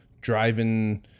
driving